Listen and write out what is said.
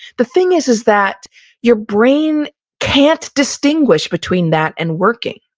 the thing is is that your brain can't distinguish between that and working.